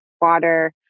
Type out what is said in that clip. water